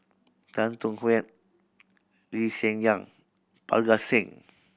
Tan Thuan Heng Lee Hsien Yang Parga Singh